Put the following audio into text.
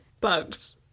bugs